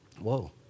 Whoa